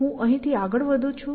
હું અહીંથી આગળ વધું છું